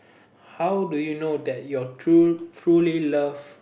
how do you know that you truly love